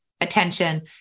attention